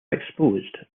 exposed